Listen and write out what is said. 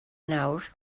nawr